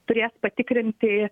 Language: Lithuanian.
turės patikrinti